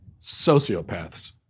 sociopaths